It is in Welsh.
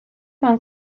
mewn